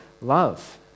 love